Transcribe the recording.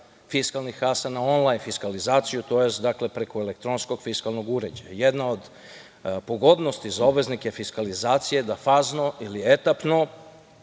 fiskalnih kasa na onlajn fiskalizaciju tj. preko elektronskog fiskalnog uređaja. Jedna od pogodnosti za obveznike fiskalizacije jeste da fazno ili etapno